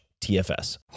TFS